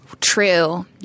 True